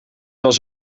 was